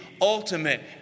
ultimate